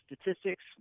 statistics